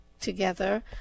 together